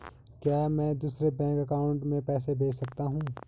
क्या मैं दूसरे बैंक अकाउंट में पैसे भेज सकता हूँ?